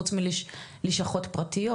חוץ מלשכות פרטיות.